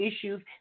issues